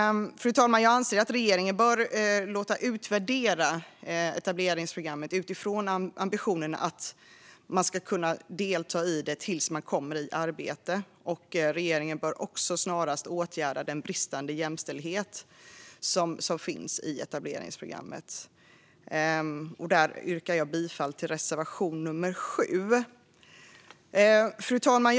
Fru talman! Jag anser att regeringen bör låta utvärdera etableringsprogrammet utifrån ambitionen att man ska kunna delta i det tills man kommer i arbete. Regeringen bör också snarast åtgärda den bristande jämställdhet som finns i etableringsprogrammet. Jag yrkar bifall till reservation nummer 7. Fru talman!